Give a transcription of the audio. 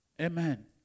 amen